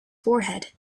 forehead